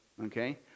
okay